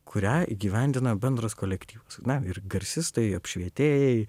kurią įgyvendina bendras kolektyvas ne ir garsistai apšvietėjai